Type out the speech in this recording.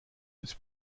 its